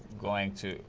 going to,